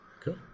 cool